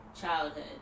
childhood